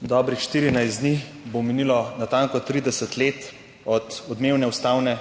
dobrih 14 dni bo minilo natanko 30 let od odmevne ustavne